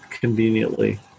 conveniently